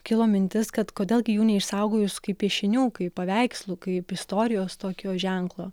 kilo mintis kad kodėl gi jų neišsaugojus kaip piešinių kaip paveikslų kaip istorijos tokio ženklo